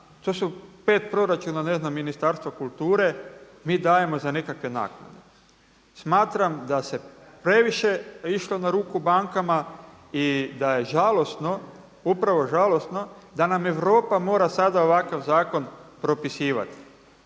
to su 5 proračuna ne znam Ministarstva kulture mi dajemo za nekakve naknade. Smatram da se previše išlo na ruku bankama i da je žalosno, upravo žalosno da nam Europa mora sada ovakav zakon propisivati.